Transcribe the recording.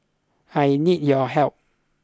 I need your help